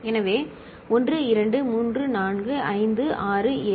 எனவே 1 2 3 4 5 6 7